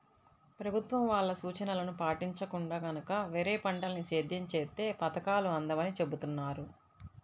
ప్రభుత్వం వాళ్ళ సూచనలను పాటించకుండా గనక వేరే పంటల్ని సేద్యం చేత్తే పథకాలు అందవని చెబుతున్నారు